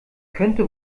könnte